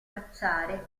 cacciare